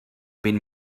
vint